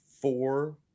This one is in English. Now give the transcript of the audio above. four